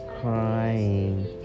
crying